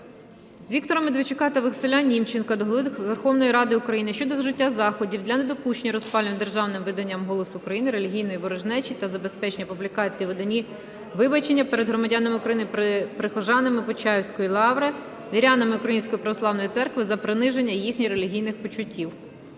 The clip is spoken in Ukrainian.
Віктора Медведчука та Василя Німченка до Голови Верховної Ради України щодо вжиття заходів для недопущення розпалювання державним виданням "Голос України" релігійної ворожнечі та забезпечення публікації у виданні вибачення перед громадянами України - прихожанами Почаївської лаври, вірянами Української православної церкви за приниження їхніх релігійних почуттів.